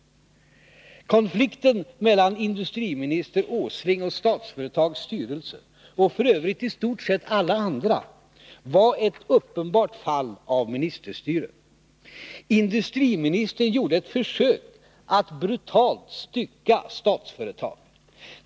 Konflikten mellan industri minister Åsling och Statsföretags styrelse och f. ö. i stort sett alla andra, var ett uppenbart fall av ministerstyre. Industriministern gjorde ett försök att brutalt stycka Statsföretag.